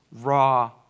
raw